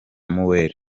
mueller